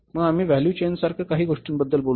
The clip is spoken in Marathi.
मग आम्ही व्हॅल्यू चेनसारख्या काही गोष्टींबद्दल बोलू